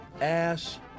ass